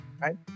right